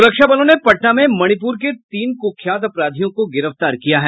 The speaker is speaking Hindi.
सुरक्षा बलों ने पटना में मणिपूर के तीन कुख्यात अपराधियों को गिरफ्तार किया है